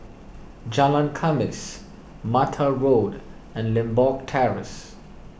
Jalan Khamis Mata Road and Limbok Terrace